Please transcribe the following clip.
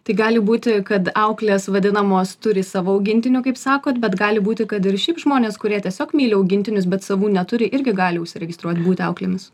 tai gali būti kad auklės vadinamos turi savo augintinių kaip sakot bet gali būti kad ir šiaip žmonės kurie tiesiog myli augintinius bet savų neturi irgi gali užsiregistruot būti auklėmis